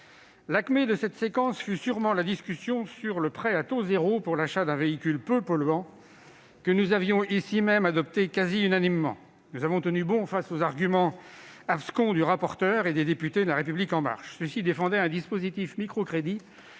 L'acmé de cette séquence fut sûrement la discussion sur le prêt à taux zéro pour l'achat d'un véhicule peu polluant, que nous avions ici même adopté quasi unanimement. Nous avons tenu bon face aux arguments abscons du rapporteur Cazeneuve et des députés La République En Marche. Ceux-ci défendaient un dispositif de microcrédit